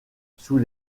sous